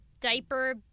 diaper